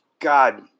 God